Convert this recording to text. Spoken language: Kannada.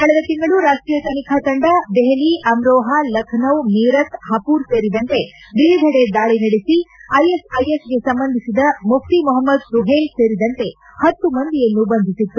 ಕಳೆದ ತಿಂಗಳು ರಾಷ್ಷೀಯ ತನಿಖಾ ತಂಡ ದೆಹಲಿ ಅಮ್ರೋಹಾ ಲಖನೌ ಮೀರತ್ ಹಪೂರ್ ಸೇರಿದಂತೆ ವಿವಿಧೆಡೆ ದಾಳ ನಡೆಸಿ ಐಎಸ್ಐಎಸ್ಗೆ ಸಂಬಂಧಿಸಿದ ಮುಫ್ಟಿ ಮೊಹಮ್ನದ್ ಸುಹೇಲ್ ಸೇರಿದಂತೆ ಹತ್ತು ಮಂದಿಯನ್ನು ಬಂಧಿಸಿಲಾಗಿತ್ತು